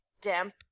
damp